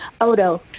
Odo